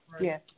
Yes